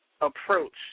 approach